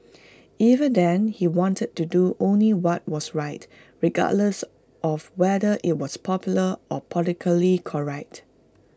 even then he wanted to do only what was right regardless of whether IT was popular or politically correct